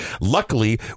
Luckily